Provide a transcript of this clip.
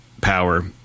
power